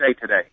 today